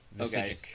Okay